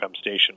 station